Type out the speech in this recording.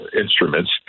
instruments